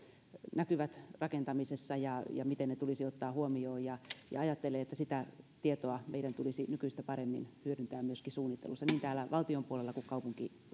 näkyvät rakentamisessa ja ja miten ne tulisi ottaa huomioon ajattelen että sitä tietoa meidän tulisi nykyistä paremmin hyödyntää myöskin suunnittelussa niin täällä valtion puolella kuin